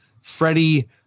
Freddie